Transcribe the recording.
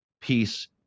peace